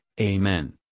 Amen